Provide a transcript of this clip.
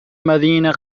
مدينة